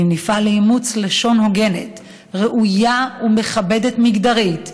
אם נפעל לאימוץ לשון הוגנת, ראויה ומכבדת מגדרית,